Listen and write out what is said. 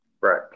Right